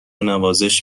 نوازش